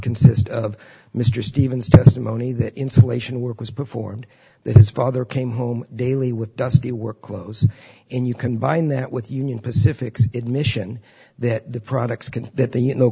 consist of mr stevens testimony that insulation work was performed that his father came home daily with dusty work clothes and you combine that with union pacific admission that the products can that they you know